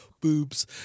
Boobs